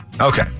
Okay